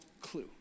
clue